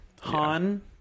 Han